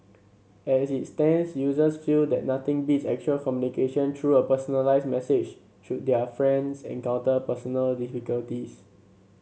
as it stands users feel that nothing beats actual communication through a personalised message should their friends encounter personal difficulties